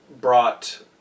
brought